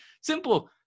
Simple